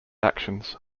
actions